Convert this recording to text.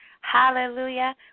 Hallelujah